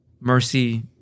mercy